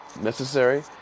necessary